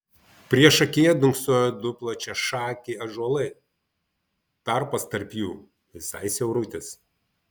priešakyje dunksojo du plačiašakiai ąžuolai tarpas tarp jų visai siaurutis